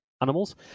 animals